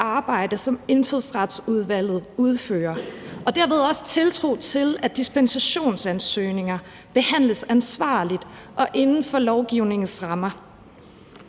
arbejde, som Indfødsretsudvalget udfører, og derved også tiltro til, at dispensationsansøgninger behandles ansvarligt og inden for lovgivningens rammer.